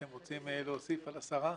אתם רוצים להוסיף על דברי השרה?